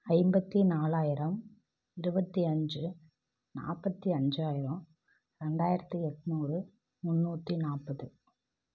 ஐம்பத்தி நாலாயிரம் இருபத்தி அஞ்சு நாற்பத்தி அஞ்சாயிரம் ரெண்டாயிரத்தி எண்நூறு முந்நூற்றி நாற்பது